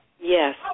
Yes